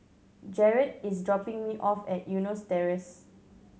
Jarred is dropping me off at Eunos Terrace